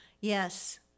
Yes